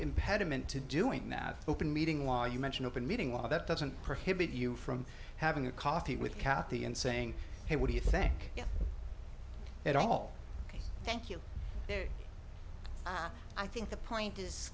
impediment to doing that open meeting law you mentioned open meeting law that doesn't prohibit you from having a coffee with cathy and saying hey what do you think it all ok thank you i think the point is